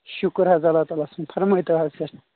شُکر حظ اللہ تعالٰی ہس کُن فَر مٲے تو حظ